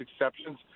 exceptions